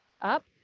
up